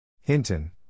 Hinton